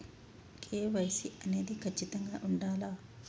KYC అనేది ఖచ్చితంగా ఉండాలా?